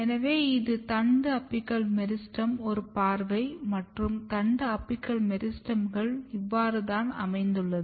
எனவே இது தண்டு அபிக்கல் மெரிஸ்டெமின் ஒரு பார்வை மற்றும் தண்டு அபிக்கல் மெரிஸ்டெம்கள் இவ்வாறு தான் அமைந்துள்ளது